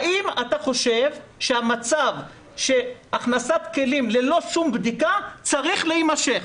האם אתה חושב שהמצב שהכנסת כלים ללא שום בדיקה צריך להימשך?